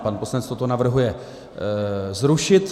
Pan poslanec toto navrhuje zrušit.